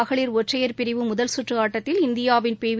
மகளிர் ஒற்றையர் பிரிவு முதல்கற்று ஆட்டத்தில் இந்தியாவின் பிவி